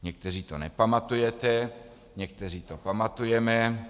Někteří to nepamatujete, někteří to pamatujeme.